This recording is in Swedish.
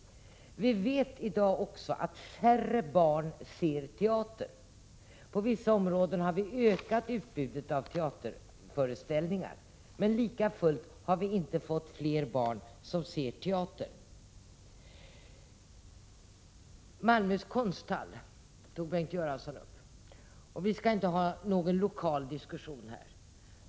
Vi vet att färre barn ser på teater i dag. I vissa områden har vi ökat utbudet av teaterföreställningar, men lika fullt har vi inte fått fler barn att se på teater. Bengt Göransson tog upp Malmös konsthall. Vi skall här inte ta upp någon lokal diskussion.